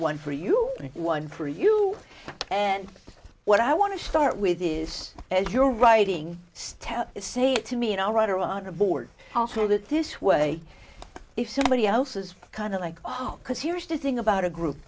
one for you and one for you and what i want to start with is as your writing style is say it to me and i'll write her on a board also that this way if somebody else is kind of like oh because here is the thing about a group